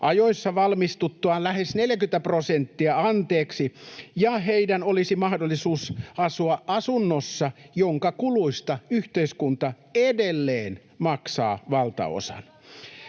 Malmin välihuuto] lähes 40 prosenttia anteeksi ja heillä olisi mahdollisuus asua asunnossa, jonka kuluista yhteiskunta edelleen maksaa valtaosan.